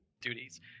duties